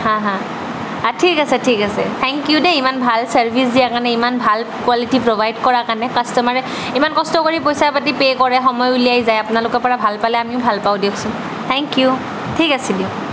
হাঁ হাঁ ঠিক আছে ঠিক আছে থেংক ইউ দেই ইমান ভাল চাৰ্ভিচ দিয়াৰ কাৰণে ইমান ভাল কোৱালিটী প্ৰভাইড কৰাৰ কাৰণে কাষ্ট'মাৰে ইমান কষ্ট কৰি পইচা পাতি পে' কৰে সময় উলিয়ায় যায় আপোনালোকৰ পৰা ভাল পালে আমিও ভাল পাওঁ দিয়কচোন থেংক ইউ ঠিক আছে দিয়ক